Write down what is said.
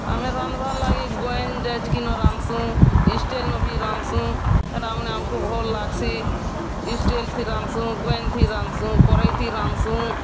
ଆମେ ରାନ୍ଧ୍ବା ଲାଗି ଗଏନ୍ ଯେତ୍ କିଲୋ ରାନ୍ଧ୍ସୁଁ ଇଷ୍ଟେନ୍ର ବି ରାନ୍ଧ୍ସୁଁ ସେଟା ମାନେ ଆମ୍କୁ ଭଲ୍ ଲାଗ୍ସି ଇଷ୍ଟେଲ୍ ଥି ରାନ୍ଧ୍ସୁଁ ଗୋଏନି ରାନ୍ଧ୍ସୁଁ କରେଇ କି ରାନ୍ଧ୍ସୁଁ